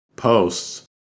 Posts